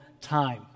time